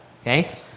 Okay